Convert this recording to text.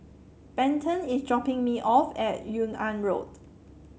Benton is dropping me off at Yung An Road